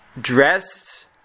dressed